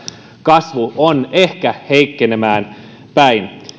kasvu on ehkä heikkenemään päin